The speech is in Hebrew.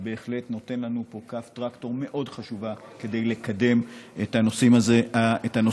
שנותן לנו פה כף טרקטור מאוד חשובה כדי לקדם את הנושאים האלה.